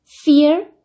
fear